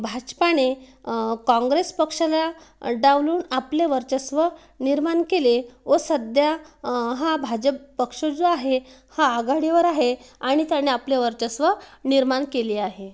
भाजपाने काँग्रेस पक्षाला डावलून आपले वर्चस्व निर्माण केले व सध्या हा भाजप पक्ष जो आहे हा आघाडीवर आहे आणि त्याने आपले वर्चस्व निर्माण केले आहे